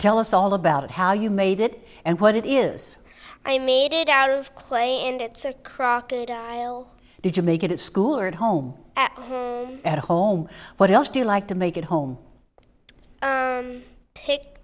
tell us all about how you made it and what it is i made it out of clay and it's a crocodile did you make it at school or at home at home what else do you like to make it home take